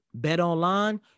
BetOnline